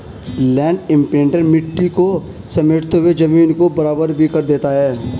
land imprinter मिट्टी को समेटते हुए जमीन को बराबर भी कर देता है